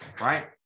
right